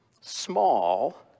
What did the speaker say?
Small